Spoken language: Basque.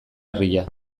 herria